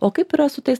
o kaip yra su tais